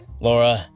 Laura